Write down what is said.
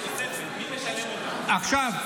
עכשיו,